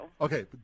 Okay